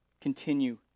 continue